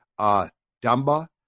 Dumba